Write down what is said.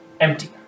empty